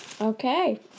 Okay